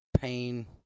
pain